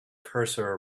cursor